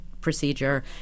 procedure